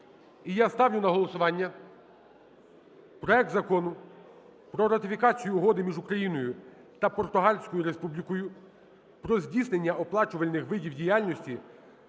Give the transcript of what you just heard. І я ставлю на голосування проект Закону про ратифікацію Угоди між Україною та Португальською Республікою про здійснення оплачуваних видів діяльності